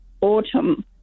Autumn